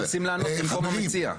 אנחנו מנסים לענות במקום המציע.